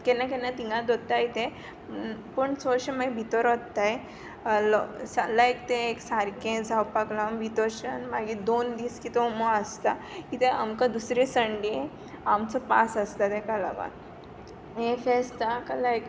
केन्ना केन्ना थिंगां दोत्ताय ते पूण चोडशे मागीर भित व्होत्ताय लायक ते एक सारकें जावपा लागोन भितोच्यान मागी दोन दीस कितो उमो आसता किद्या आमकां दुसरे संडे आमचो पास आसता तेका लागोन हे फेस्ताक लायक